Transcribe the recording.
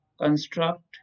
construct